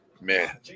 Man